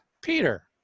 Peter